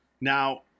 Now